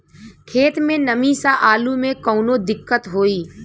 खेत मे नमी स आलू मे कऊनो दिक्कत होई?